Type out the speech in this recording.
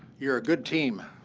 you're a good team.